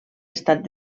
estat